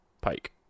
Pike